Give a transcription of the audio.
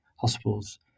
hospitals